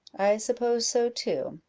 i suppose so too,